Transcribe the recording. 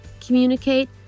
communicate